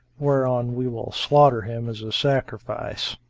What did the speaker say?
whereon we will slaughter him as a sacrifice